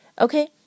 Okay